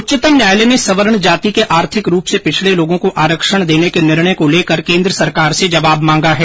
उच्चतम न्यायालय ने सवर्ण जाति के आर्थिक रूप से पिछडे लोगों को आरक्षण देने के निर्णय को लेकर केन्द्र सरकार से जवाब मांगा है